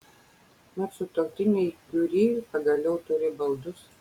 mat sutuoktiniai kiuri pagaliau turi baldus